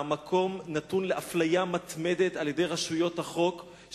המקום נתון לאפליה מתמדת על-ידי רשויות החוק,